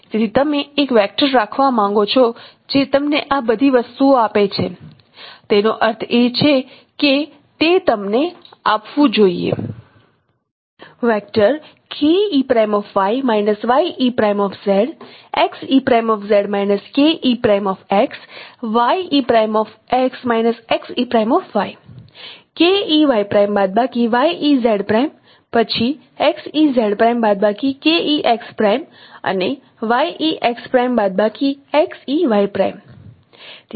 તેથી તમે એક વેક્ટર રાખવા માંગો છો જે તમને આ બધી વસ્તુઓ આપે છે તેનો અર્થ એ કે તે તમને આ આપવું જોઈએ k e y પ્રાઈમ બાદબાકી y e z પ્રાઈમ પછી x e z પ્રાઈમ બાદબાકી k e x પ્રાઈમ અને y e x પ્રાઈમ બાદબાકી x e y પ્રાઈમ